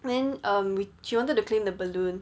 then um she wanted to claim the balloon